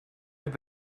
have